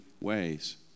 ways